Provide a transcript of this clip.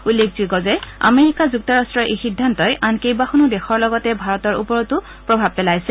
উল্লেখযোগ্য আমেৰিকা যুক্তৰাষ্টৰ এই সিদ্ধান্তই আন কেইবাখনো দেশৰ লগতে ভাৰতৰ ওপৰতো প্ৰভাৱ পেলাইছে